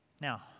Now